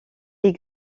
est